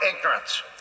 ignorance